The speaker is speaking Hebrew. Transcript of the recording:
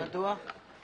מדוע?